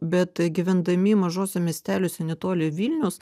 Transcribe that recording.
bet gyvendami mažuose miesteliuose netoli vilniaus